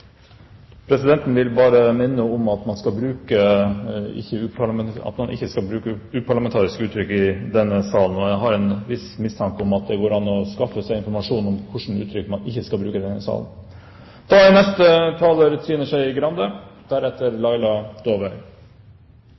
Presidenten vil bare minne om at man ikke skal bruke uparlamentariske uttrykk i denne salen. Presidenten har en viss mistanke om at det går an å skaffe seg informasjon om hvilke uttrykk man ikke skal bruke i denne salen. Dette er